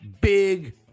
big